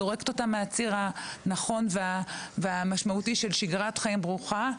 זורקת אותן מהציר הנכון של שגרת חיים ברוכה,